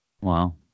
Wow